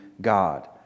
God